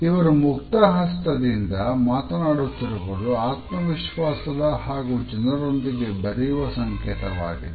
ಇವರು ಮುಕ್ತ ಹಸ್ತದಿಂದ ಮಾತನಾಡುತ್ತಿರುವುದು ಆತ್ಮವಿಶ್ವಾಸದ ಹಾಗೂ ಜನರೊಂದಿಗೆ ಬೆರೆಯುವ ಸಂಕೇತವಾಗಿದೆ